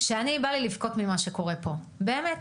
שאני בא לי לבכות ממה שקורה פה, באמת,